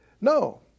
No